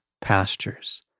pastures